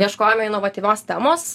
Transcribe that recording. ieškojome inovatyvios temos